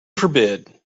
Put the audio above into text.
forbid